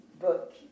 book